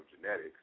genetics